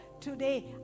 today